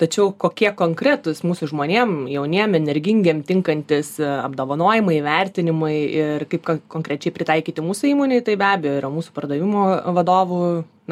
tačiau kokie konkretūs mūsų žmonėm jauniem energingiem tinkantys apdovanojimai įvertinimai ir kaip konkrečiai pritaikyti mūsų įmonėj tai be abejo yra mūsų pardavimo vadovų